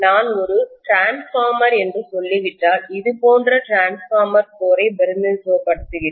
நான் ஒரு மின்மாற்றிடிரான்ஸ்பார்மர் என்று சொல்லிவிட்டால் இது போன்ற மின்மாற்றிடிரான்ஸ்பார்மர் கோர் ஐ பிரதிநிதித்துவப்படுத்துகிறேன்